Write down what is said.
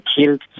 killed